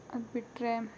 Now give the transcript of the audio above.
ಅದು ಬಿಟ್ಟರೆ